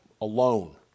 alone